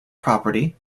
property